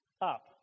Up